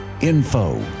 Info